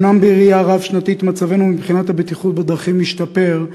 אומנם בראייה רב-שנתית מצבנו מבחינת הבטיחות בדרכים משתפר,